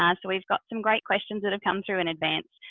ah so we've got some great questions that have come through in advance.